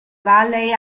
valley